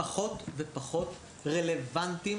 פחות ופחות רלוונטיים